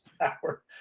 power